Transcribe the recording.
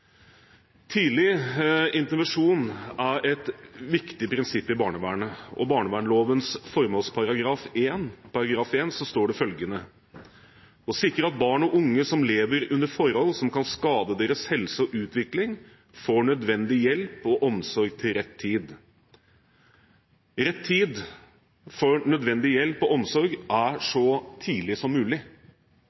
Tidlig intervensjon er et viktig prinsipp i barnevernet, og i barnevernslovens formålsparagraf, § 1, står det: «å sikre at barn og unge som lever under forhold som kan skade deres helse og utvikling, får nødvendig hjelp og omsorg til rett tid». Rett tid for nødvendig hjelp og omsorg er så tidlig som mulig,